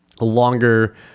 longer